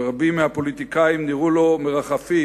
ורבים מהפוליטיקאים נראו לו מרחפים,